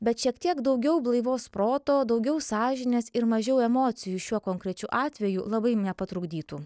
bet šiek tiek daugiau blaivaus proto daugiau sąžinės ir mažiau emocijų šiuo konkrečiu atveju labai nepatrukdytų